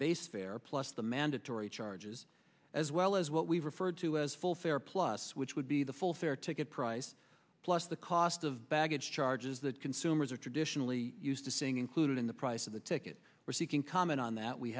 base fare plus the mandatory charges as well as what we've referred to as full fare plus which would be the full fare ticket price plus the cost of baggage charges that consumers are traditionally used to seeing included in the price of the ticket we're seeking comment on that we